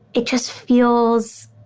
it just feels.